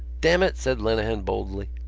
damn it! said lenehan boldly,